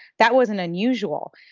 that wasn't unusual.